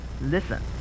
listen